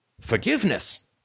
Forgiveness